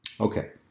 Okay